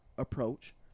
approach